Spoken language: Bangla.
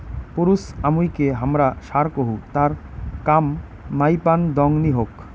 পুরুছ আমুইকে হামরা ষাঁড় কহু তার কাম মাইপান দংনি হোক